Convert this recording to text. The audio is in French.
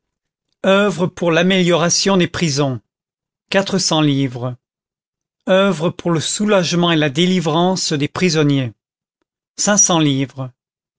oeuvre pour l'amélioration des prisons quatre cents livres oeuvre pour le soulagement et la délivrance des prisonniers cinq cents livres